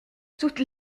toutes